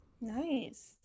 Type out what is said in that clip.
Nice